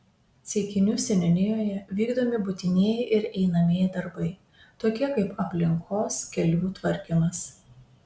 ceikinių seniūnijoje vykdomi būtinieji ir einamieji darbai tokie kaip aplinkos kelių tvarkymas